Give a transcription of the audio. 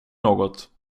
något